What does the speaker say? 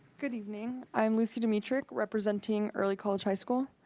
good evening, i'm lucy dmitruk representing early college high school.